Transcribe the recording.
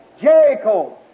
Jericho